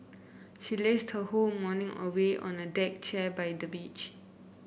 she lazed her whole morning away on a deck chair by the beach